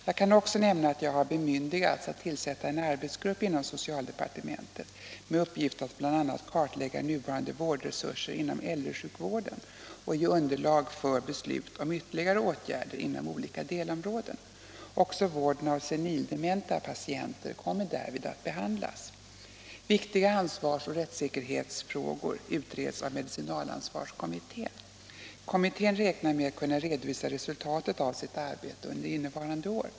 Jag kan också nämna att jag har bemyndigats att tillsätta en arbetsgrupp inom socialdepartementet med uppgift att bl.a. kartlägga nuvarande vårdresurser inom äldresjukvården och ge underlag för beslut om ytterligare åtgärder inom olika delområden. Också vården av senil-dementa patienter kommer därvid att behandlas. Viktiga ansvars och rättssäkerhetsfrågor utreds av medicinalansvarskommittén. Kommittén räknar med att kunna redovisa resultaten av sitt arbete under innevarande år.